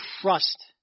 trust